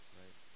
right